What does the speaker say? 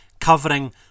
covering